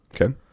Okay